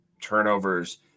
turnovers